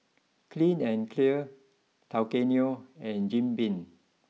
Clean and Clear Tao Kae Noi and Jim Beam